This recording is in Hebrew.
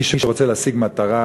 מי שרוצה להשיג מטרה